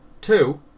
Two